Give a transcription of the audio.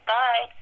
bye